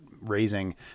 raising